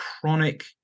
chronic